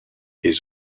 des